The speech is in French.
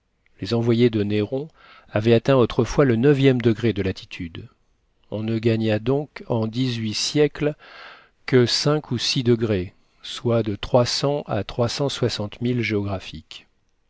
les envoyés de néron avaient atteint autrefois le e degré de latitude on ne gagna donc en dix huit siècles que ou degrés soit de trois cents à